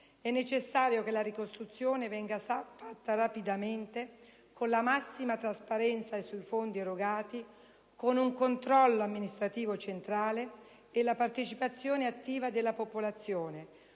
è necessario che la ricostruzione venga fatta rapidamente, con la massima trasparenza sui fondi erogati, con un controllo amministrativo centrale e la partecipazione attiva della popolazione,